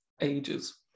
ages